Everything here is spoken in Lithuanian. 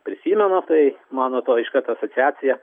prisimenu tai man nuo to iškart asociacija